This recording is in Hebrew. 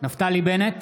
נפתלי בנט,